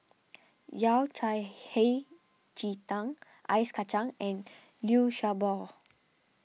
Yao Cai Hei Ji Tang Ice Kacang and Liu Sha Bao